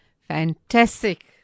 Fantastic